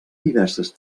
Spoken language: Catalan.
diverses